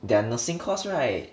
their nursing course right